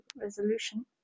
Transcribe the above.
resolution